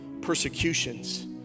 persecutions